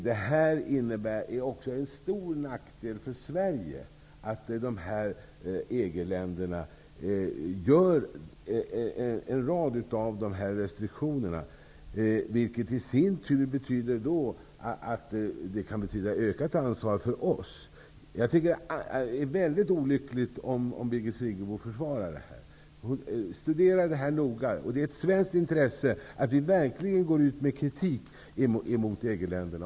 Det är också till stor nackdel för Sverige att EG länderna gör en rad av de här restriktionerna. Det kan i sin tur betyda ökat ansvar för oss. Det är väldigt olyckligt om Birgit Friggebo försvarar det. Studera förhållandena noga. Det ligger i Sveriges intresse att verkligen kritisera EG-länderna.